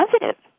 positive